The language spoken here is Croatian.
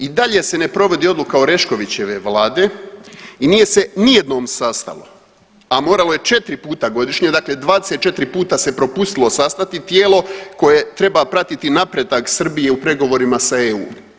I dalje se ne provodi odluka Oreškovićeve vlade i nije se nijednom sastalo, a moralo je 4 puta godišnje, dakle, 24 puta se propustilo sastati tijelo koje treba pratiti napredak Srbije u pregovorima sa EU.